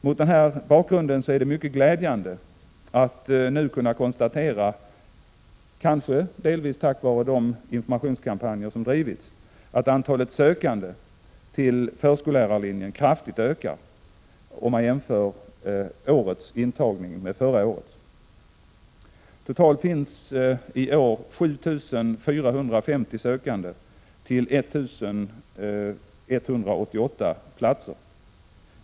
Mot den bakgrunden är det mycket glädjande att nu kunna konstatera, kanske delvis tack vare de informationskampanjer som drivits, att antalet sökande till förskollärarlinjen kraftigt ökar, om man jämför årets intagning med förra årets. Totalt finns i år 7 450 sökande till 1 188 platser.